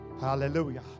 Hallelujah